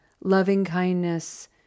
loving-kindness